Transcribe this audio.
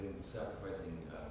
Sacrificing